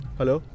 Hello